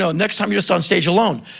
so next time you're on stage alone.